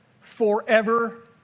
forever